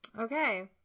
Okay